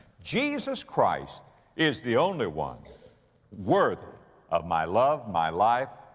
jesus christ is the only one worthy of my love, my life,